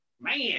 Man